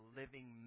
living